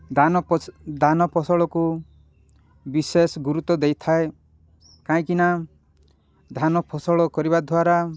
ଧାନ ଧାନ ଫସଲକୁ ବିଶେଷ ଗୁରୁତ୍ୱ ଦେଇଥାଏ କାହିଁକିନା ଧାନ ଫସଲ କରିବା ଦ୍ୱାରା